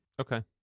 Okay